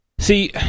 See